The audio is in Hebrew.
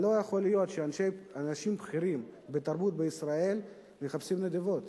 לא יכול להיות שאנשים בכירים בתרבות בישראל מחפשים נדבות.